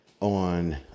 on